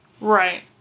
Right